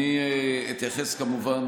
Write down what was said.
עכשיו אני אתייחס, כמובן,